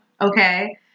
okay